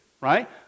right